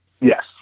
Yes